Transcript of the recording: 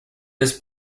was